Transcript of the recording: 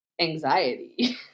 anxiety